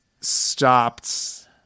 stopped